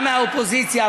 גם מהאופוזיציה,